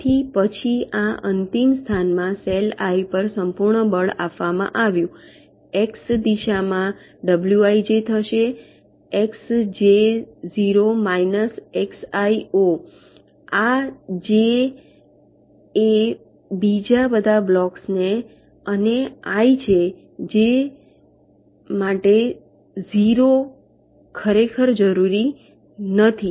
તેથી પછી આ અંતિમ સ્થાનમાં સેલ આઈ પર સંપૂર્ણ બળ આપવામાં આવ્યું એક્સ દિશામાં ડબ્લ્યુ આઇજે થશે એકસજે 0 માયનસ એકસઆઈ 0 આ જે એ બીજા બધા બ્લોક્સ છે અને આઈ છે જે માટે ઝીરો ખરેખર જરૂરી નથી